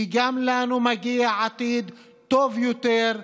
כי גם לנו מגיע עתיד טוב יותר,